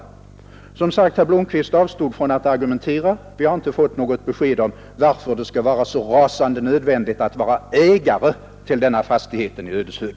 Herr Blomkvist avstod som sagt från att argumentera, och vi har därför inte fått något besked om varför det är så rasande nödvändigt att vara ägare till denna fastighet i Ödeshög.